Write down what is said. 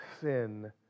sin